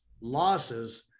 losses